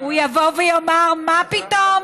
הוא יבוא ויאמר: מה פתאום?